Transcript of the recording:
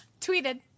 Tweeted